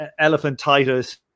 elephantitis